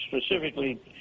specifically